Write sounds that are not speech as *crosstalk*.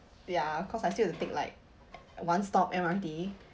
ya cause I still have to take like *noise* one stop M_R_T